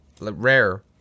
Rare